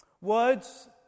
Words